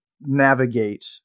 Navigate